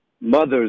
mothers